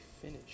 finish